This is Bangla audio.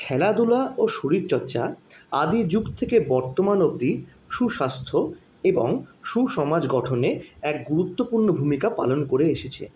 খেলাধুলা ও শরীরচর্চা আদি যুগ থেকে বর্তমান অবধি সুস্বাস্থ্য এবং সুসমাজ গঠনে এক গুরুত্বপূর্ণ ভূমিকা পালন করে এসেছে